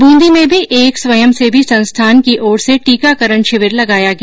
ब्रंदी में भी एक स्वयंसेवी संस्थान की ओर से टीकाकरण शिविर लगाया गया